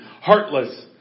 heartless